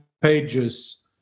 pages